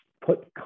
put